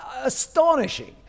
astonishing